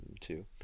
two